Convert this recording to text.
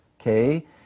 Okay